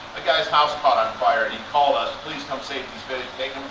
a guy's house caught on fire and he called us. please come save these but